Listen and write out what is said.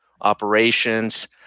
operations